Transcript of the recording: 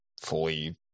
fully